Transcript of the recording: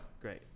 Great